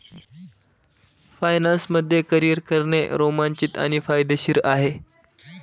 finance मध्ये career करणे रोमांचित आणि फायदेशीर आहे